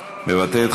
מוותרת.